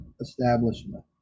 establishment